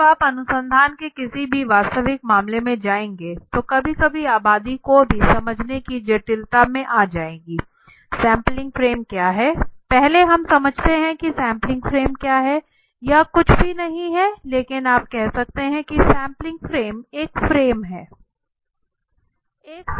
लेकिन जब आप अनुसंधान के किसी भी वास्तविक मामले में जाएंगे तो कभी कभी आबादी को भी समझने की जटिलता में आ जाएगी सैंपलिंग फ्रेम क्या है पहले हम समझते हैं कि सैंपलिंग फ्रेम क्या है यह कुछ भी नहीं है लेकिन आप कह सकते हैं कि सैंपलिंग फ्रेम एक फ्रेम है